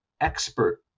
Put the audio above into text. expert